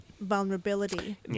vulnerability